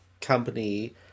company